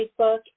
facebook